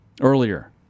earlier